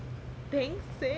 theng 是谁